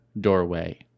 doorway